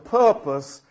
purpose